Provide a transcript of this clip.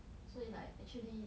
所以 like actually